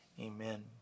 amen